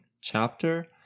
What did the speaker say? chapter